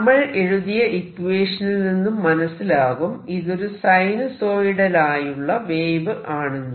നമ്മൾ എഴുതിയ ഇക്വേഷനിൽ നിന്നും മനസിലാകും ഇതൊരു സൈനുസോയിഡലായുള്ള വേവ് ആണെന്ന്